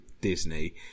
Disney